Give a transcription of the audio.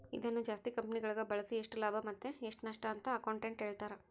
ಇದನ್ನು ಜಾಸ್ತಿ ಕಂಪೆನಿಗಳಗ ಬಳಸಿ ಎಷ್ಟು ಲಾಭ ಮತ್ತೆ ಎಷ್ಟು ನಷ್ಟಅಂತ ಅಕೌಂಟೆಟ್ಟ್ ಹೇಳ್ತಾರ